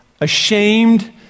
ashamed